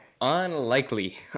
Unlikely